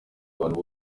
abantu